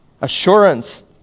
Assurance